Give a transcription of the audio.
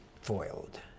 Foiled